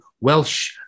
Welsh